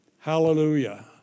Hallelujah